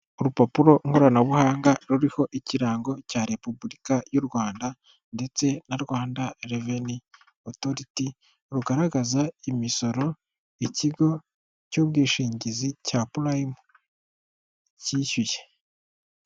Urupapuro nkoranabuhanga ruriho ikirango cya Repubulika y'u Rwanda ndetse na Rwanda reveni otoriti, rugaragaza imisoro ikigo cy'ubwishingizi cya Purayimu cyishyuye.